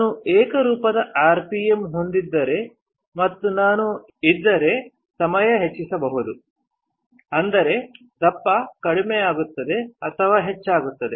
ನಾನು ಏಕರೂಪದ ಆರ್ಪಿಎಂ ಹೊಂದಿದ್ದರೆ ಮತ್ತು ನಾನು ಇದ್ದರೆ ಸಮಯ ಹೆಚ್ಚಿಸಿ ಅಂದರೆ ದಪ್ಪ ಕಡಿಮೆಯಾಗುತ್ತದೆ ಅಥವಾ ಹೆಚ್ಚಾಗುತ್ತದೆ